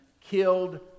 killed